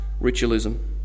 ritualism